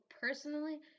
personally